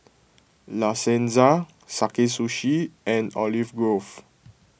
La Senza Sakae Sushi and Olive Grove